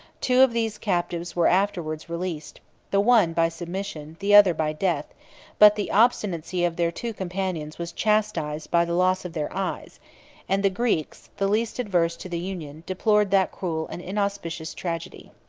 two of these captives were afterwards released the one by submission, the other by death but the obstinacy of their two companions was chastised by the loss of their eyes and the greeks, the least adverse to the union, deplored that cruel and inauspicious tragedy.